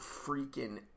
freaking